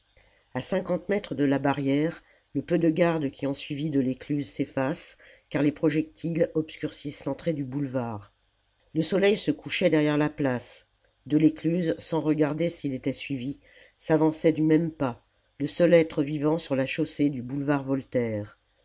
cinquante mètres de la barrière le peu de gardes qui ont suivi delescluze s'effacent car les projectiles obscurcissent l'entrée du boulevard le soleil se couchait derrière la place delescluze sans regarder s'il était suivi s'avançait du même pas le seul être vivant sur la chaussée du boulevard voltaire